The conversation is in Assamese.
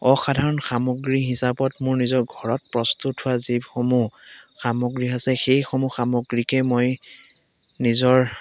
অসাধাৰণ সামগ্ৰী হিচাপত মোৰ নিজৰ ঘৰত প্ৰস্তুত হোৱা যিসসমূহ সামগ্ৰী আছে সেইসমূহ সামগ্ৰীকে মই নিজৰ